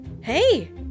Hey